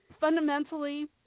Fundamentally